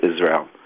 Israel